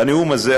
בנאום הזה,